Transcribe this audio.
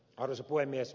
arvoisa puhemies